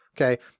Okay